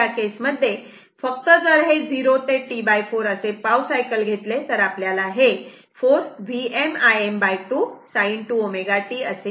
म्हणून या केसमध्ये फक्त जर हे 0 ते T4 असे पाव सायकल घेतले तर आपल्याला हे 4 Vm Im2 sin 2 ω t dt